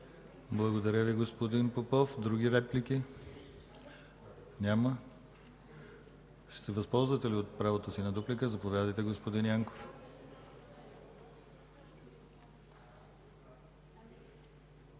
Благодаря Ви, господин Иванов. Други реплики? Няма. Ще се възползвате ли от правото си на дуплика? Заповядайте.